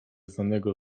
znanego